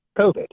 COVID